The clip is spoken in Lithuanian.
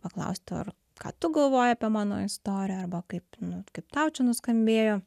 paklausti ar ką tu galvoji apie mano istoriją arba kaip nu kaip tau čia nuskambėjo